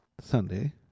Sunday